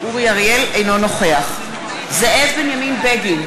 אינו נוכח זאב בנימין בגין,